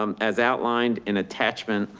um as outlined in attachment,